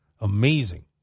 amazing